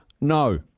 No